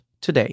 today